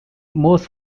most